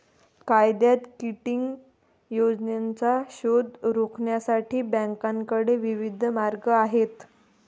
कायद्यात किटिंग योजनांचा शोध रोखण्यासाठी बँकांकडे विविध मार्ग आहेत